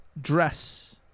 dress